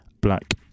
black